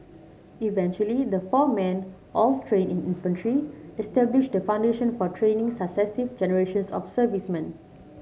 eventually the four men all trained in infantry established the foundation for training successive generations of servicemen